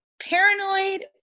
paranoid